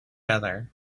other